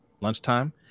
lunchtime